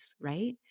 right